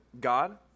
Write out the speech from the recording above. God